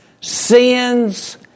sins